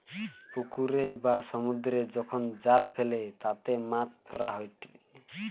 পুকুরে বা সমুদ্রে যখন জাল ফেলে তাতে মাছ ধরা হয়েটে